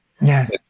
Yes